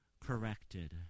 corrected